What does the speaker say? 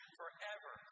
forever